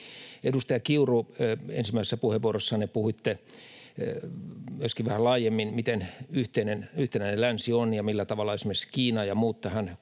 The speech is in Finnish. Edustaja Kiuru, ensimmäisessä puheenvuorossanne puhuitte myöskin vähän laajemmin, miten yhtenäinen länsi on ja millä tavalla esimerkiksi Kiina ja muut tähän